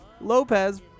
Lopez